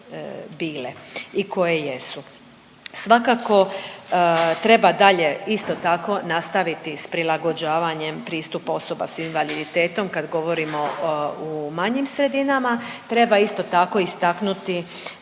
i koje jesu. Svakako treba dalje isto tako nastaviti s prilagođavanjem pristupu osoba s invaliditetom kad govorimo u manjim sredinama. Treba isto tako istaknuti